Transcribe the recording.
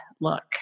look